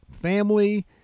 family